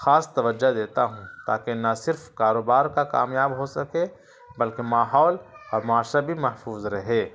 خاص توجہ دیتا ہوں تاکہ نہ صرف کاروبار کا کامیاب ہو سکے بلکہ ماحول اور معاشرہ بھی محفوظ رہے